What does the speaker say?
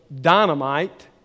dynamite